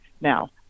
Now